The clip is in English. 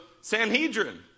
Sanhedrin